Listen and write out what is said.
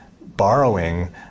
borrowing